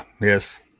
yes